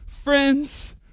friends